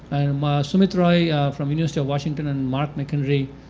and um ah summit roy from university of washington, and mark mchenry,